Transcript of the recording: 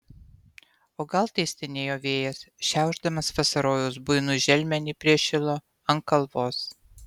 o gal tai stenėjo vėjas šiaušdamas vasarojaus buinų želmenį prie šilo ant kalvos